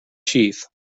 sheath